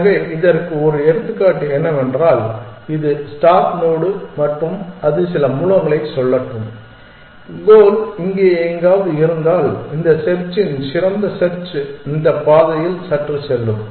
எனவே இதற்கு ஒரு எடுத்துக்காட்டு என்னவென்றால் இது ஸ்டார்ட் நோடு மற்றும் அது சில மூலங்களைச் சொல்லட்டும் கோல் இங்கே எங்காவது இருந்தால் இந்த செர்ச்சின் சிறந்த செர்ச் இந்த பாதையில் சற்று செல்லும்